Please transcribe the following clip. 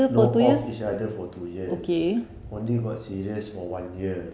know of each other for two years only got serious for one year